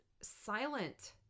silent